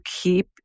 keep